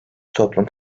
toplum